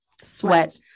sweat